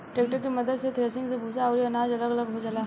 tractor के मद्दत से थ्रेसिंग मे भूसा अउरी अनाज अलग अलग हो जाला